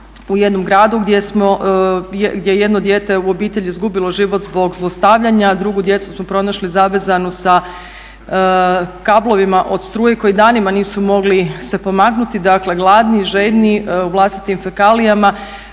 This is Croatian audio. u jednom gradu gdje je jedno dijete u obitelji izgubilo život zbog zlostavljanja, drugu djecu smo pronašli zavezanu sa kablovima od struje koji danima nisu mogli se pomaknuti, dakle gladni, žedni u vlastitim fekalijama.